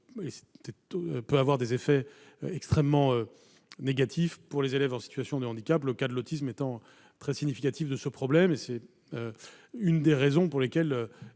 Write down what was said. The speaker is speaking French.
peut avoir des effets extrêmement négatifs pour les élèves en situation de handicap. Le cas de l'autisme est très significatif à cet égard. C'est l'une des raisons pour lesquelles